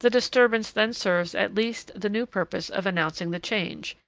the disturbance then serves at least the new purpose of announcing the change,